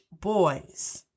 boys